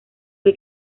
que